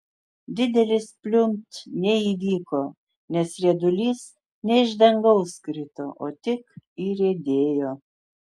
didelis pliumpt neįvyko nes riedulys ne iš dangaus krito o tik įriedėjo